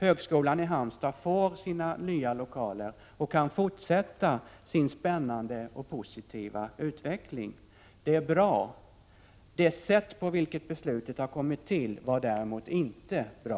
Högskolan i Halmstad får sina nya lokaler och kan fortsätta sin spännande och positiva utveckling. Det är bra. Det sätt på vilket beslutet kommit till är däremot inte bra.